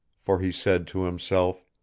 for he said to himself,